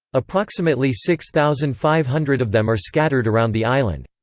approximately six thousand five hundred of them are scattered around the island.